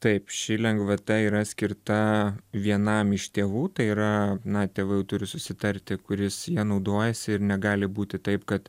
taip ši lengvata yra skirta vienam iš tėvų tai yra na tėvai jau turi susitarti kuris ja naudojasi ir negali būti taip kad